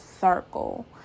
circle